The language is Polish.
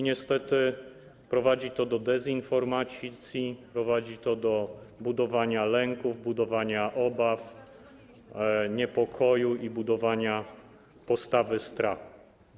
Niestety prowadzi to do dezinformacji, prowadzi to do budowania lęków, budowania obaw, niepokoju i budowania postawy strachu.